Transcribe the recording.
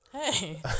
Hey